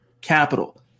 capital